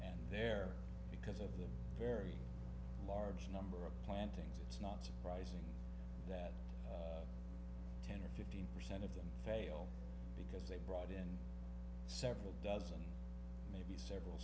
and there because of the very large number of plantings it's not surprising that fifteen percent of them fail because they brought in several dozen maybe several